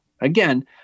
Again